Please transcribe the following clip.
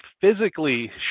physically